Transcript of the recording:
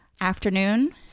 afternoon